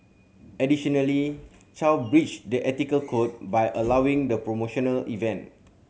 additionally Chow breached the ethical code by allowing the promotional event